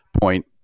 point